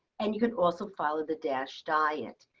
and you can also follow the dash diet.